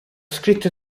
scritto